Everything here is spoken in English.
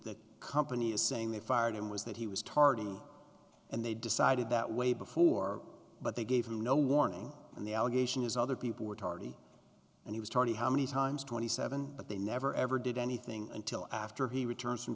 that company is saying they fired him was that he was tardy and they decided that way before but they gave you no warning and the allegation is other people were tardy and he was twenty how many times twenty seven but they never ever did any thing until after he return